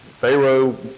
Pharaoh